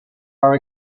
are